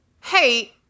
Hey